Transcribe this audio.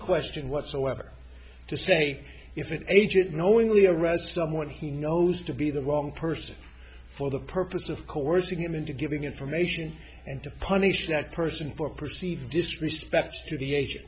question whatsoever to say if it agent knowingly arrest someone he knows to be the wrong person for the purpose of coercing him into giving information and to punish that person for proceeding just respects to the age